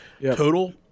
total